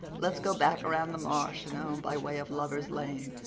let's go back around the marsh and home by way of lover's lane.